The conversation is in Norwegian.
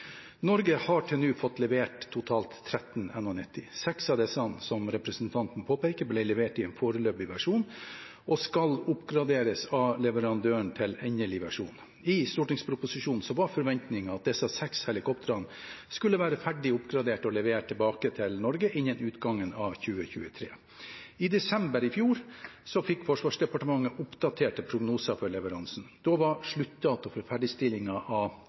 Norge har til nå fått levert totalt 13 NH90. Seks av disse, som representanten påpeker, ble levert i en foreløpig versjon, og skal oppgraderes av leverandøren til endelig versjon. I stortingsproposisjonen var forventningen at disse seks helikoptrene skulle være ferdig oppgradert og levert tilbake til Norge innen utgangen av 2023. I desember i fjor fikk Forsvarsdepartementet oppdaterte prognoser for leveransen. Da var sluttdatoen for ferdigstillingen av